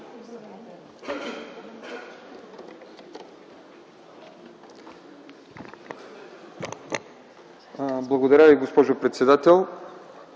Благодаря Ви, госпожо председател.